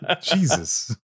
Jesus